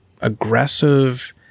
aggressive